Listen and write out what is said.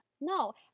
no